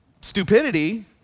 stupidity